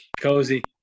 Cozy